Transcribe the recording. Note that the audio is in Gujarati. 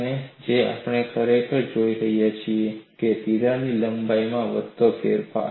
અને જે આપણે ખરેખર જોઈ રહ્યા છીએ તે છે તિરાડ લંબાઈમાં વધતો ફેરફાર